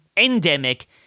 endemic